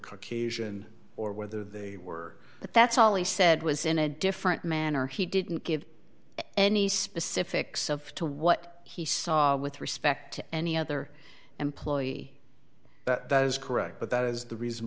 cookies and or whether they were but that's all he said was in a different manner he didn't give any specifics of to what he saw with respect to any other employee that is correct but that is the reason